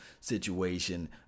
situation